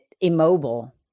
immobile